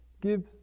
gives